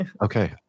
Okay